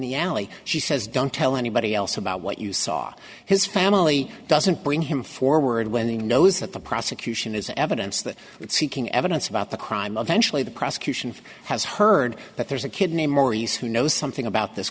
the alley she says don't tell anybody else about what you saw his family doesn't bring him forward when he knows that the prosecution is evidence that seeking evidence about the crime of eventually the prosecution has heard that there's a kid named maurice who knows something about this